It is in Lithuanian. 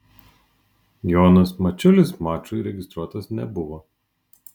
jonas mačiulis mačui registruotas nebuvo